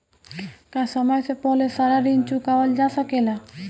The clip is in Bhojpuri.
का समय से पहले सारा ऋण चुकावल जा सकेला?